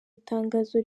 itangazo